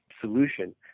solution